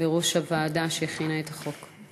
בראש הוועדה שהכינה את החוק.